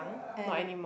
either